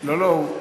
לא, לא.